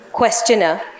Questioner